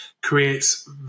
creates